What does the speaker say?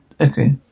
Okay